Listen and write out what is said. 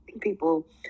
People